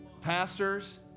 pastors